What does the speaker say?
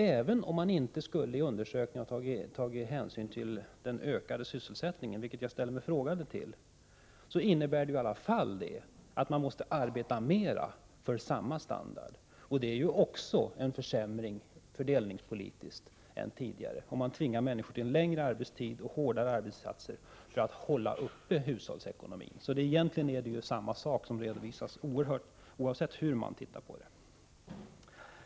Även om man i undersökningen inte tagit hänsyn till den ökade sysselsättningen — vilket jag ställer mig frågande till — innebär det i alla fall att man måste arbeta mer för samma standard. Det är ju också en försämring fördelningspolitiskt, om man tvingar människor till längre arbetstid och hårdare arbetsinsatser för att de skall kunna hålla uppe hushållsekonomin. Egentligen är det samma sak som redovisas oavsett hur man ser på det.